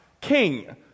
king